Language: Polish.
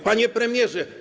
Panie Premierze!